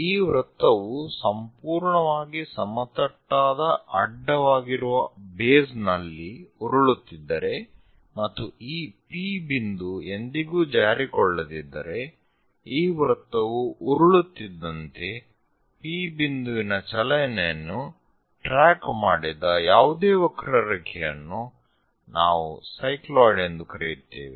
ಈ ವೃತ್ತವು ಸಂಪೂರ್ಣವಾಗಿ ಸಮತಟ್ಟಾದ ಅಡ್ಡವಾಗಿರುವ ಬೇಸ್ ನಲ್ಲಿ ಉರುಳುತ್ತಿದ್ದರೆ ಮತ್ತು ಈ P ಬಿಂದು ಎಂದಿಗೂ ಜಾರಿಕೊಳ್ಳದಿದ್ದರೆ ಈ ವೃತ್ತವು ಉರುಳುತ್ತಿದ್ದಂತೆ P ಬಿಂದುವಿನ ಚಲನೆಯನ್ನು ಟ್ರ್ಯಾಕ್ ಮಾಡಿದ ಯಾವುದೇ ವಕ್ರರೇಖೆಯನ್ನು ನಾವು ಸೈಕ್ಲಾಯ್ಡ್ ಎಂದು ಕರೆಯುತ್ತೇವೆ